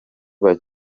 abandi